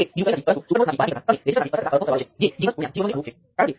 તેથી આપણી પાસે V2 G23 V3 × G23 G33 I3 હશે